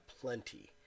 plenty